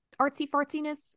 artsy-fartsiness